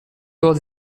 was